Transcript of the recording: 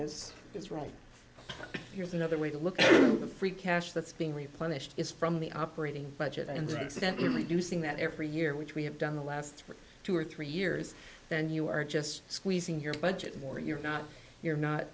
that's right here's another way to look at the free cash that's being replenished is from the operating budget and recently reducing that every year which we have done the last two or three years then you are just squeezing your budget more you're not you're not